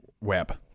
web